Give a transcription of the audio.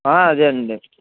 అదే అండి